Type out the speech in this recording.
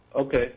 Okay